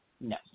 no